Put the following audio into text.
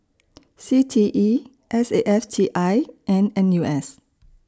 C T E S A F T I and N U S